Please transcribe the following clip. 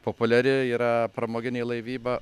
populiari yra pramoginė laivyba